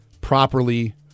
properly